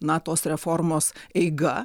na tos reformos eiga